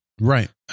Right